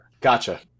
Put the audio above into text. Gotcha